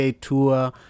tour